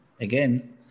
again